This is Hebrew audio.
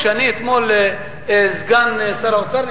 כשאתמול סגן שר האוצר,